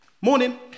morning